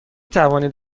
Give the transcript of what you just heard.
توانید